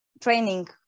training